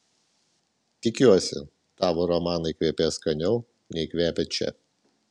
tikiuosi tavo romanai kvepės skaniau nei kvepia čia